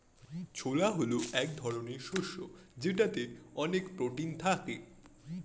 ছোলা হল এক ধরনের শস্য যেটাতে অনেক প্রোটিন থাকে